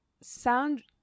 sound